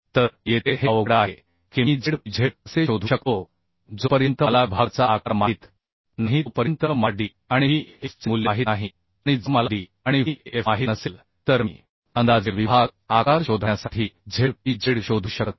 तर येथे हे अवघड आहे की मी Zpzकसे शोधू शकतो जोपर्यंत मला विभागाचा आकार माहित नाही तोपर्यंत मला d आणि Vfचे मूल्य माहित नाही आणि जर मला d आणि Vf माहित नसेल तर मी अंदाजे विभाग आकार शोधण्यासाठी Zpzशोधू शकत नाही